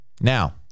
Now